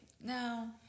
no